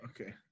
okay